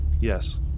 Yes